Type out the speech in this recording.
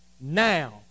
now